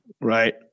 right